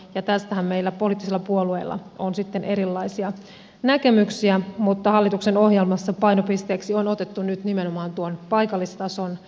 tästähän meillä poliittisilla puolueilla on sitten erilaisia näkemyksiä mutta hallituksen ohjelmassa painopisteeksi on otettu nyt nimenomaan tuon paikallistason vahvistaminen